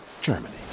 Germany